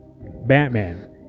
Batman